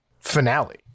finale